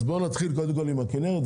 אז בואו נתחיל קודם כל עם הכנרת,